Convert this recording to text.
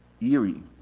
eerie